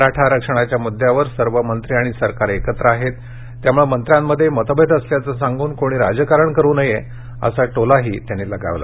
मराठा आरक्षणाच्या मुदद्यावर सर्व मंत्री आणि सरकार एकत्र आहेत त्यामुळे मंत्र्यांमध्ये मतभेद असल्याचं सांगून कोणी राजकारण करू नये असा टोलाही त्यांनी लगावला